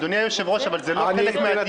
אדוני היושב-ראש, אבל זה לא חלק מהדיון.